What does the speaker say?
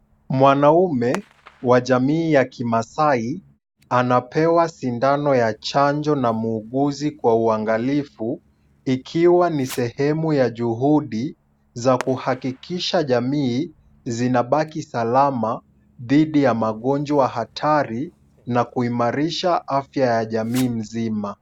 Mwanamume wa jamii ya kimaasai, anapewa sindano ya chanjo na muuguzi kwa uangalifu, ikiwa ni sehemu ya juhudi, za kuhakikisaha jamii zinabaki salama, dhidi ya magonjwa hatari na kuimarisha afya ya jamii nzima.